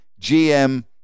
GM